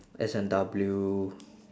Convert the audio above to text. S&W